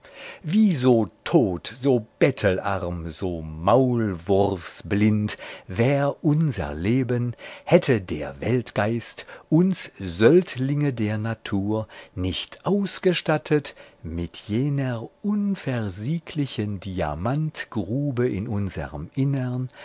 wie so tot so bettelarm so maulwurfsblind wär unser leben hätte der weltgeist uns söldlinge der natur nicht ausgestattet mit jener unversieglichen diamantgrube in unserm innern